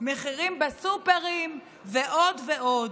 מחירים בסופרים ועוד ועוד.